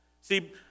See